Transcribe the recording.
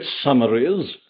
summaries